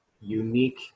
unique